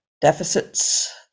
deficits